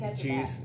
cheese